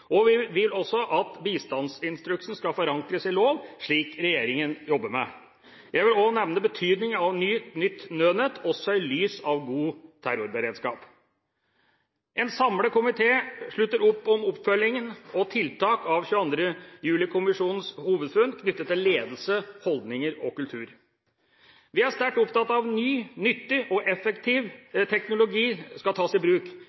politiet. Vi vil også at bistandsinstruksen skal forankres i lov, slik regjeringa jobber med. Jeg vil også nevne betydningen av nytt nødnett – også i lys av god terrorberedskap. En samlet komité slutter opp om oppfølging og tiltak av 22. juli-kommisjonens hovedfunn knyttet til ledelse, holdninger og kultur. Vi er sterkt opptatt av at ny, nyttig og effektiv teknologi skal tas i bruk,